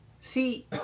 See